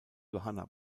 johanna